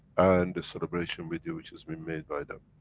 and the celebration with you, which is been made by them.